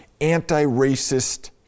anti-racist